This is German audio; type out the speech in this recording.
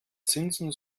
zinsen